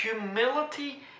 humility